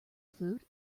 food